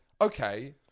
okay